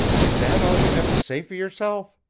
is that all you have to say for yourself?